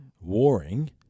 warring